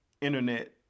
Internet